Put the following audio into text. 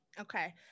Okay